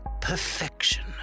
perfection